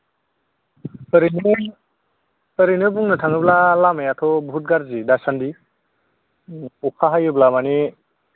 ओरैनो ओरैनो बुंनो थाङोब्ला लामायाथ' बहुथ गाज्रि दा सान्दि अखा हायोब्ला मानि